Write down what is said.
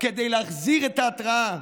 כדי להחזיר את ההתרעה